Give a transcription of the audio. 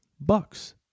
bucks